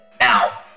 now